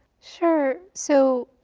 sure. so,